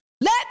Let